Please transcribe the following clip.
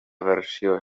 versió